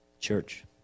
Church